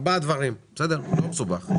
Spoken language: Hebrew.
ארבעה דברים: ראשית,